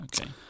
Okay